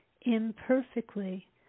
imperfectly